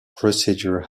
procedure